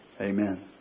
Amen